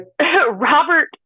Robert